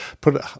put